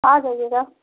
आ जाइएगा